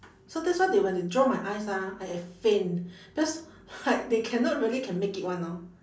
so that's why they when they draw my eyes ah I I faint that's like they cannot really can make it [one] orh